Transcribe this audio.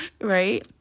right